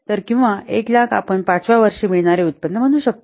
तर किंवा 100000 आपण 5 व्या वर्षी मिळणारे उत्पन्न म्हणू शकतो